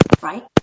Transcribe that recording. right